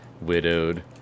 widowed